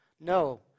No